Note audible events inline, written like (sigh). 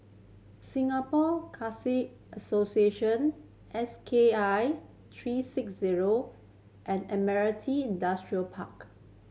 Singapore (unintelligible) Association S K I three six zero and Admiralty Industrial Park